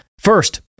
First